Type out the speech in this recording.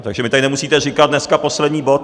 Takže mi tady nemusíte říkat dneska poslední bod.